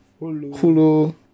Hulu